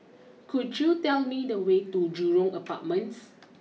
could you tell me the way to Jurong Apartments